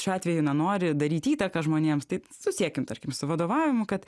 šiuo atveju na nori daryti įtaką žmonėms taip susiekime tarkim su vadovavimu kad